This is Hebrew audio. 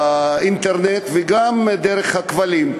באינטרנט וגם דרך הכבלים.